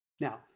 Now